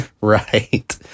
Right